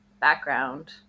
background